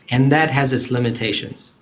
and that has its limitations.